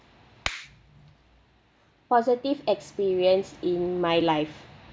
positive experience in my life